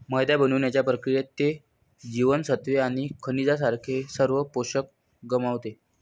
मैदा बनवण्याच्या प्रक्रियेत, ते जीवनसत्त्वे आणि खनिजांसारखे सर्व पोषक गमावते